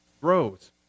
grows